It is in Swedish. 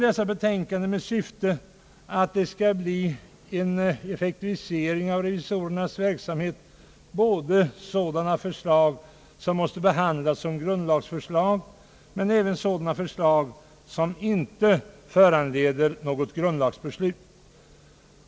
Dessa betänkanden, som syftar till en effektivisering av revisorernas verksamhet, innehåller både sådana förslag som måste behandålas som grundlagsförslag och sådana förslag som inte föranleder något grundlagsbeslut.